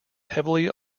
heavily